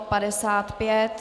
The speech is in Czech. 55.